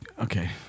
Okay